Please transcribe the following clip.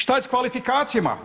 Šta je sa kvalifikacijama?